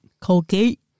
Colgate